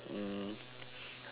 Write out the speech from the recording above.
um